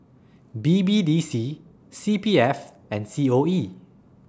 B B D C C P F and C O E